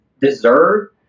deserve